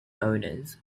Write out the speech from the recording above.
owners